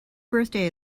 birthday